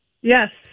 Yes